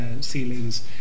ceilings